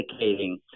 indicating